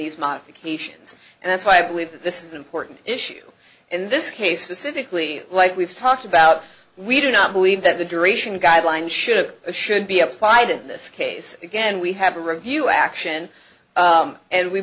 these modifications and that's why i believe that this is an important issue in this case specifically like we've talked about we do not believe that the duration guidelines should or should be applied in this case again we have to review action and we